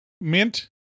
Mint